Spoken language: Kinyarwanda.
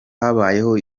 habayeho